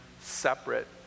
separate